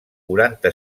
quaranta